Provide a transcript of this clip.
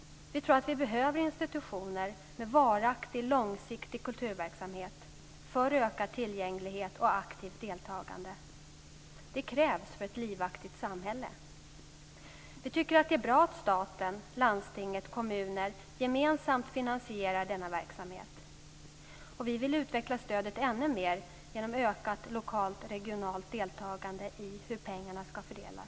Vi tror att det behövs institutioner med varaktig, långsiktig kulturverksamhet för ökad tillgänglighet och aktivt deltagande. Det krävs för ett livaktigt samhälle. Vi tycker att det är bra att staten, landstinget och kommuner gemensamt finansierar denna verksamhet. Vi vill utveckla stödet ännu mer genom ökat lokalt och regionalt deltagande i hur pengarna ska fördelas.